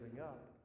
up